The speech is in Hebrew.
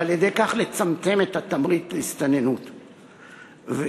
ועל-ידי כך לצמצם התמריץ להסתננות לישראל,